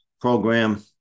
program